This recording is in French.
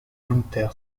günther